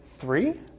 Three